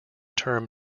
term